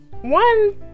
one